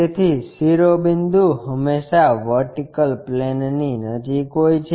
તેથી શિરોબિંદુ હંમેશા વર્ટિકલ પ્લેનની નજીક હોય છે